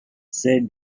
said